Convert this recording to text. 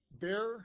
Bear